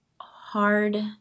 hard